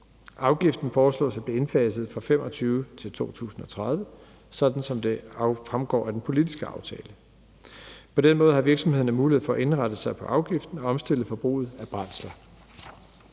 Afgiften foreslås at blive indfaset 2025-2030, sådan som det fremgår af den politiske aftale. På den måde har virksomhederne mulighed for at indrette sig på afgiften og omstille forbruget af brændsler.